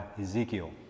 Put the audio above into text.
Ezekiel